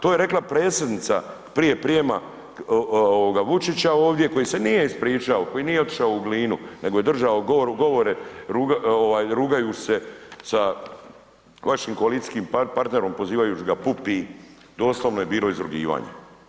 To je rekla predsjednica prije prijema ovoga Vučića ovdje koji se nije ispričao, koji otišao u Glinu, nego je držao govore ovaj rugajući se sa vašim koalicijskim partnerom pozivajući ga Pupi, doslovno je bilo izrugivanje.